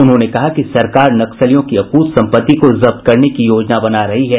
उन्होंने कहा कि सरकार नक्सलियों की अकृत सम्पत्ति को जब्त करने की योजना बना रही है